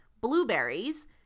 blueberries